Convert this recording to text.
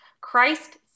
christ